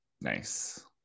Nice